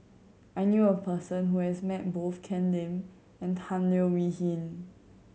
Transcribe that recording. I knew a person who has met both Ken Lim and Tan Leo Wee Hin